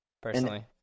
personally